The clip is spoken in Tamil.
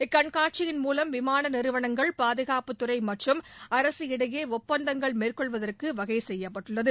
இக்கண்காட்சியின் மூவம் விமான நிறுவனங்கள் பாதுகாப்புத்துறை மற்றும் அரசு இடையே ஒப்பந்தங்கள் மேற்கொள்வதற்கு வகை செய்யப்பட்டுள்ளது